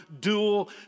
dual